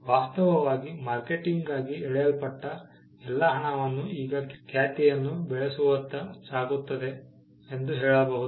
ವಾಸ್ತವವಾಗಿ ಮಾರ್ಕೆಟಿಂಗ್ಗಾಗಿ ಎಳೆಯಲ್ಪಟ್ಟ ಎಲ್ಲಾ ಹಣವನ್ನು ಈಗ ಖ್ಯಾತಿಯನ್ನು ಬೆಳೆಸುವತ್ತ ಸಾಗುತ್ತದೆ ಎಂದು ಹೇಳಬಹುದು